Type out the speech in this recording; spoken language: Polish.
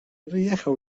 wyjechał